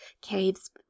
caves